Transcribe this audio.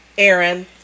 Aaron